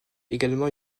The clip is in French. également